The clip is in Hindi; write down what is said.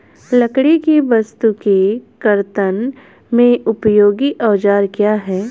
लकड़ी की वस्तु के कर्तन में उपयोगी औजार क्या हैं?